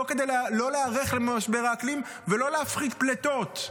לא כדי להיערך למשבר האקלים ולא להפחית פליטות.